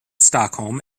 stockholm